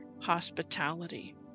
hospitality